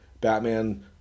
Batman